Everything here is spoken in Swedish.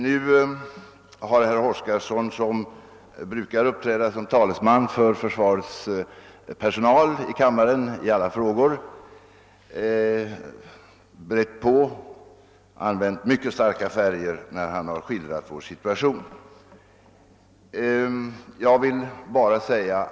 Nu har herr Oskarson, som i kammaren brukar uppträda som talesman för försvarets personal i alla frågor, använt mycket starka färger när han skildrat situationen. Jag vill bara framhålla.